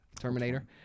terminator